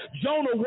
Jonah